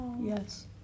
Yes